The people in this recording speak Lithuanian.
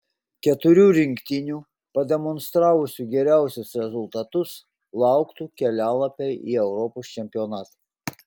keturių rinktinių pademonstravusių geriausius rezultatus lauktų kelialapiai į europos čempionatą